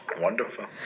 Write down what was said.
Wonderful